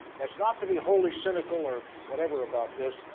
that's not to be wholly cynical or whatever about this,